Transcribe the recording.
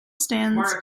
stands